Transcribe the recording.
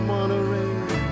Monterey